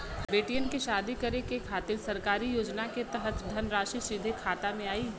बेटियन के शादी करे के खातिर सरकारी योजना के तहत धनराशि सीधे खाता मे आई?